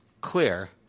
clear